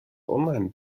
online